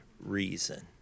reason